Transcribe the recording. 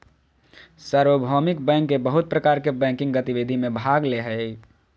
सार्वभौमिक बैंक बहुत प्रकार के बैंकिंग गतिविधि में भाग ले हइ